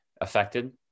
affected